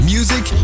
Music